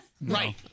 Right